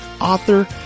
author